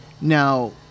now